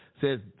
says